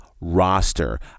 roster